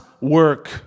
work